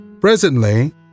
Presently